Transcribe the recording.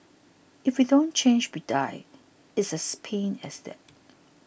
if we don't change we die it's as plain as that